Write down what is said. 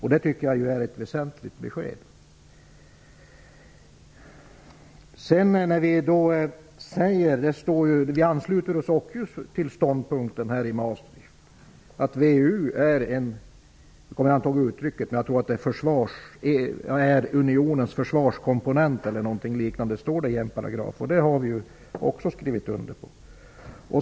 Det tycker jag är ett väsentligt besked. Sverige ansluter sig ju till ståndpunkten i Maastrichtavtalet att VEU är unionens försvarskomponent, eller något liknande, om jag minns rätt. Det står i en paragraf. Också detta har vi skrivit under på.